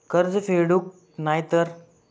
कर्ज फेडूक नाय तर?